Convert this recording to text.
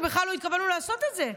כשבכלל לא התכוונו לעשות את זה,